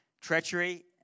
treachery